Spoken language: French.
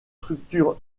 structures